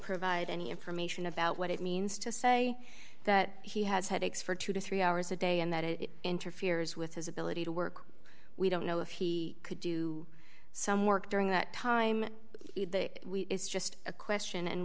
provide any information about what it means to say that he has headaches for two to three hours a day and that it interferes with his ability to work we don't know if he could do some work during that time it's just a question and